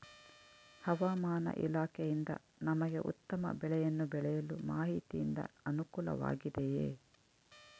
ಹವಮಾನ ಇಲಾಖೆಯಿಂದ ನಮಗೆ ಉತ್ತಮ ಬೆಳೆಯನ್ನು ಬೆಳೆಯಲು ಮಾಹಿತಿಯಿಂದ ಅನುಕೂಲವಾಗಿದೆಯೆ?